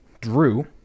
Drew